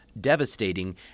devastating